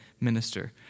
minister